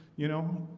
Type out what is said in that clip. you know,